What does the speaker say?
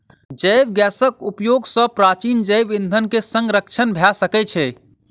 जैव गैसक उपयोग सॅ प्राचीन जैव ईंधन के संरक्षण भ सकै छै